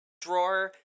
drawer